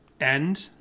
end